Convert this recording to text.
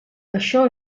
això